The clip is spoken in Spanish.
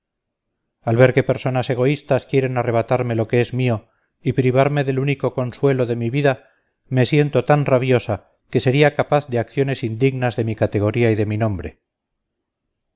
al ver que personas egoístas quieren arrebatarme lo que es mío y privarme del único consuelo de mi vida me siento tan rabiosa que sería capaz de acciones indignas de mi categoría y de mi nombre